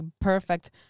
perfect